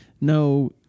No